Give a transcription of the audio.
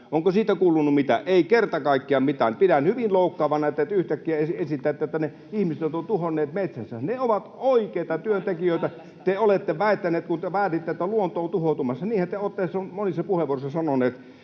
Onko siitä kuulunut mitään? Ei kerta kaikkiaan mitään. Pidän hyvin loukkaavana, että te yhtäkkiä esitätte, että ne ihmiset ovat tuhonneet metsänsä. He ovat oikeita työntekijöitä... [Krista Mikkosen välihuuto] — Te olette väittäneet, kun te väititte, että luonto on tuhoutumassa. Niinhän te olette monissa puheenvuoroissa sanoneet.